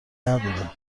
نداره